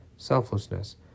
selflessness